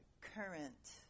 current